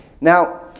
Now